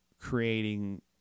creating